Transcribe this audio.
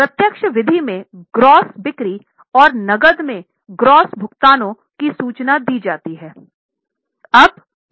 प्रत्यक्ष विधि मेंग्रॉस बिक्री और नकद के ग्रॉस भुगतानों की सूचना दी जाती है